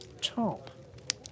top